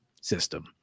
system